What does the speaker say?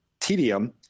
tedium